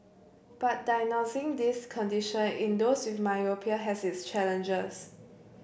but diagnosing this condition in those with myopia has its challenges